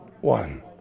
one